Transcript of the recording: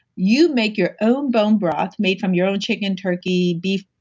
you make your own bone broth made from your own chicken, turkey, beef,